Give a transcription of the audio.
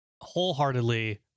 Wholeheartedly